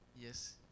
Yes